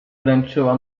wręczyła